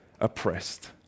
oppressed